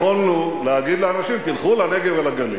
יכולנו להגיד לאנשים: תלכו לנגב ולגליל.